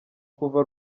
kuva